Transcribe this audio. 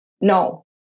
No